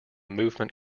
movement